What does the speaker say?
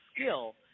skill